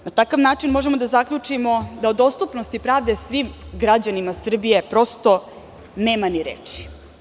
Na takav način možemo da zaključimo da o dostupnosti pravde svim građanima Srbije nema ni reči.